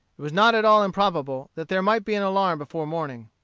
it was not at all improbable that there might be an alarm before morning.